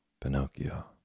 Pinocchio